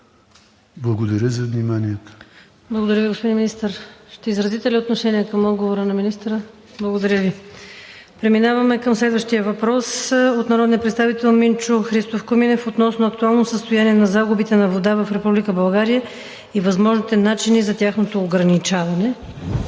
Благодаря за вниманието.